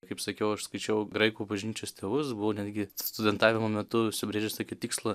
kaip sakiau aš skaičiau graikų bažnyčios tėvus buvau netgi studentavimo metu užsibrėžęs tokį tikslą